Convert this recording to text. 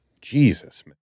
Jesus